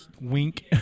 wink